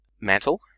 mantle